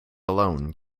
alone